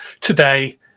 today